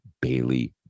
Bailey